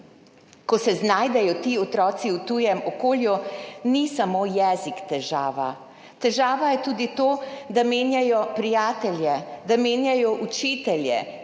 Ko se znajdejo ti otroci v tujem okolju, ni samo jezik težava, težava je tudi to, da menjajo prijatelje, da menjajo učitelje,